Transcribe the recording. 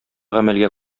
гамәлгә